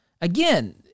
again